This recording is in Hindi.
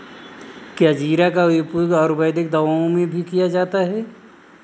क्या जीरा का उपयोग आयुर्वेदिक दवाओं में भी किया जाता है?